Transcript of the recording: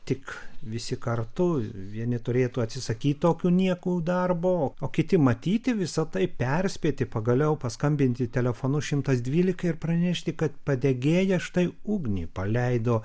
tik visi kartų vieni turėtų atsisakyt tokių niekų darbo o kiti matyti visa tai perspėti pagaliau paskambinti telefonu šimtas dvylika ir pranešti kad padegėjas štai ugnį paleido